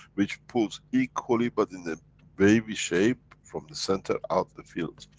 which pulls equally but in a baby shape from the center out the fields.